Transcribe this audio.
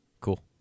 Cool